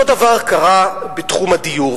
אותו דבר קרה בתחום הדיור,